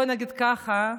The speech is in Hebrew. בוא נגיד ככה,